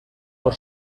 por